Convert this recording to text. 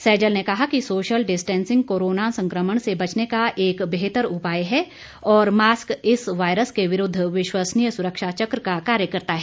सैजल ने कहा कि सोशल डिस्टेंसिंग कोरोना संकमण से बचने का एक बेहतर उपाय है और मास्क इस वायरस के विरूद्ध विश्वसनीय सुरक्षा चक का कार्य करता है